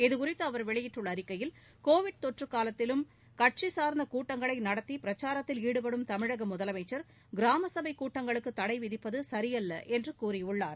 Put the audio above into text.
இதுகுறித்து அவர் வெளியிட்டுள்ள அறிக்கையில் கோவிட் தொற்று காலத்திலும் கட்சி சார்ந்த கூட்டங்களை நடத்தி பிரச்சாரத்தில் ஈடுபடும் தமிழக முதலமைச்சா் கிராம சபை கூட்டங்களுக்கு தடை விதிப்பது சரியல்ல என்று கூறியுள்ளார்